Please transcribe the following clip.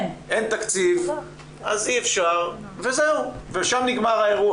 אין תקציב אז אי אפשר וזהו, ושם נגמר האירוע.